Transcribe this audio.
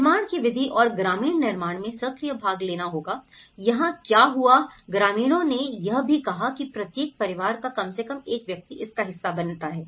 निर्माण की विधि और ग्रामीण निर्माण में सक्रिय भाग लेना होगा यहाँ क्या हुआ ग्रामीणों ने यह भी कहा कि प्रत्येक परिवार का कम से कम एक व्यक्ति इसका हिस्सा बनना है